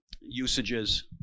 usages